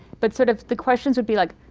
but sort of the questions would be like,